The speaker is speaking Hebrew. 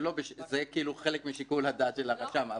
זה חלק משיקול הדעת של הרשם.